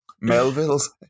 melville's